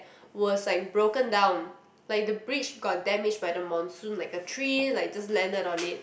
was like broken down like the bridge got damage by the monsoon like a tree like just landed on it